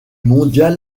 mondial